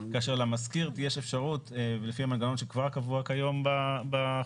כאשר למשכיר יש אפשרות לפי המנגנון שכבר קבוע היום בחוק